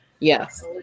Yes